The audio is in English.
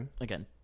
again